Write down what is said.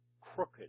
crooked